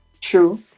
true